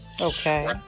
Okay